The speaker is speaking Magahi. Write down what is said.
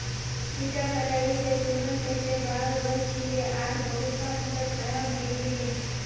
इता कटाई स तुरंत पहले बाढ़ वल छिले आर बहुतला फसल खराब हई गेले